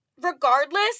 regardless